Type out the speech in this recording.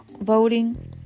voting